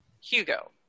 Hugo